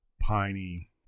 piney